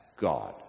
God